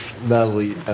Natalie